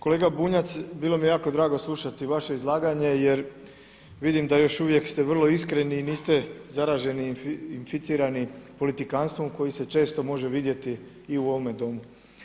Kolega Bunjac bilo mi je jako drago slušati vaše izlaganje jer vidim da još uvijek ste vrlo iskreni i niste zaraženi, inficirani politikanstvom koji se često može vidjeti i u ovom domu.